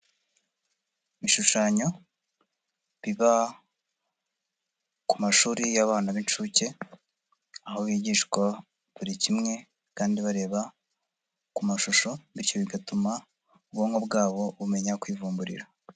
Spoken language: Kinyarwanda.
Ibishushanyo biba ku mashuri y'abana b'inshuke, aho bigishwa buri kimwe kandi bareba ku mashusho, bityo bigatuma ubwonko bwabo bumenya kwivumburira.